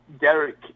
Derek